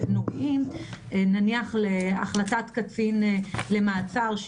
אין לנו דרך לעלות על מעידה לא מעידה